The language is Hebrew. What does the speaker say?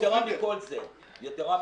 יתרה מכל זה, כן,